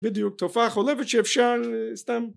בדיוק תופעה חולפת שאפשר סתם